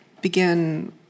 Begin